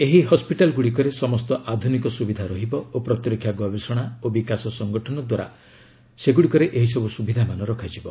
ଏହି ହସ୍କିଟାଲଗୁଡ଼ିକରେ ସମସ୍ତ ଆଧ୍ରନିକ ସ୍ରବିଧା ରହିବ ଓ ପ୍ରତିରକ୍ଷା ଗବେଷଣା ଓ ବିକାଶ ସଂଗଠନ ଦ୍ୱାରା ସେଗୁଡ଼ିକରେ ଏହିସବୁ ସୁବିଧାମାନ ରଖାଯିବ